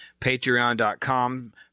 patreon.com